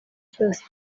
cyose